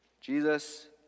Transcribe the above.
Jesus